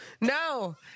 No